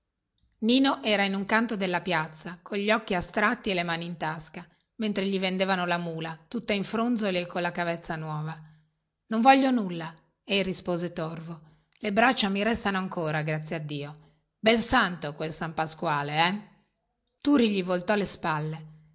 nino era in un canto della piazza cogli occhi astratti e le mani in tasca mentre gli vendevano la mula tutta in fronzoli e colla cavezza nuova non voglio nulla ei rispose torvo le braccia mi restano ancora se dio vuole bel santo quel san pasquale eh turi gli voltò le spalle